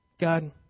God